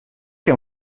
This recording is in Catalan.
que